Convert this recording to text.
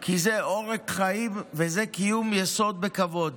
כי זה עורק חיים וזה קיום יסוד בכבוד.